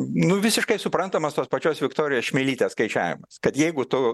nu visiškai suprantamas tos pačios viktorijos čmilytės skaičiavimas kad jeigu tu